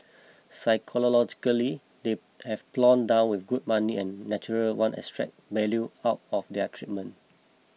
psychologically they've plonked down with good money and naturally want to extract more 'value' out of their treatment